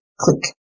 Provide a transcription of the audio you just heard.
click